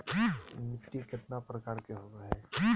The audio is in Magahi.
मिट्टी केतना प्रकार के होबो हाय?